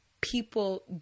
people